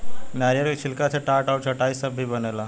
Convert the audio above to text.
नारियल के छिलका से टाट आ चटाई सब भी बनेला